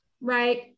right